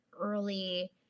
early